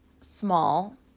small